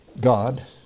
God